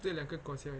这两个国家